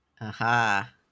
Aha